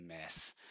mess